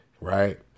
right